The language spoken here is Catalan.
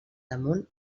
damunt